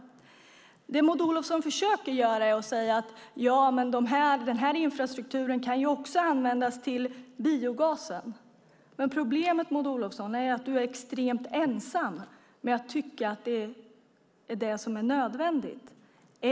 Maud Olofsson försöker säga att infrastrukturen också kan användas till biogasen. Men problemet, Maud Olofsson, är att du är extremt ensam om att tycka att det är nödvändigt.